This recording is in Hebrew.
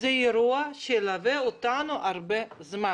זה אירוע שילווה אותנו הרבה זמן.